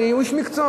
והוא איש מקצוע.